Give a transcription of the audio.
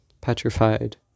petrified